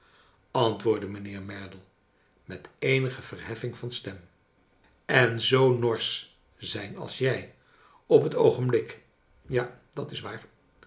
antwoordde mijnheer merdle met eenige verb effing van stem en zoo norsch zijn als jij op het oogenblik ja dat is waar